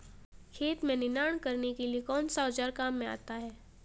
खेत में निनाण करने के लिए कौनसा औज़ार काम में आता है?